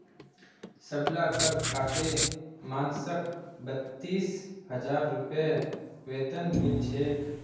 सबला कर काटे मानसक बत्तीस हजार रूपए वेतन मिल छेक